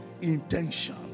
intention